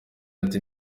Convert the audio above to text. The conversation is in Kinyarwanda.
ati